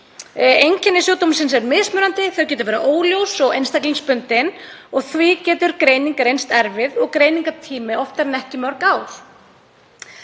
Einkenni hans er mismunandi, þau geta verið óljós og einstaklingsbundin og því getur greining reynst erfið og greiningartími oftar en ekki mörg ár.